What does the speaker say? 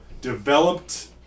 developed